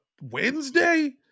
Wednesday